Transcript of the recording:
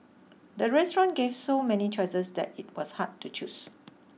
the restaurant gave so many choices that it was hard to choose